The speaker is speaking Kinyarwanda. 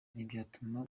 ntibyatuma